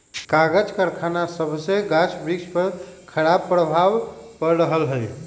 कागज करखना सभसे गाछ वृक्ष पर खराप प्रभाव पड़ रहल हइ